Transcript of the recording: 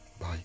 Bye